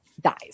dies